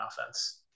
offense